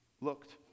looked